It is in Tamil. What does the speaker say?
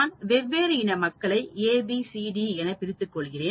நான் வெவ்வேறு இன மக்களைA B C D E என பிரித்துக் கொள்கிறேன்